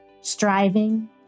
striving